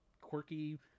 quirky